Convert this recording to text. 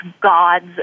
gods